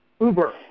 Uber